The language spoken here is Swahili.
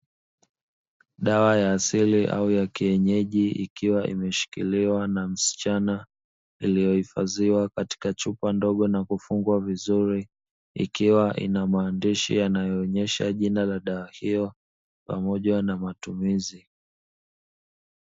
Dawa ya asili au ya kienyeji ikiwa imeshikiliwa na msichana iliyohifadhiwa katika chupa ndogo na kufungwa vizuri, ikiwa na maandishi yanayoonesha jina la dawa hiyo pamoja na matumizi.